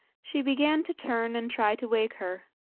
she began to turn and try to wake her,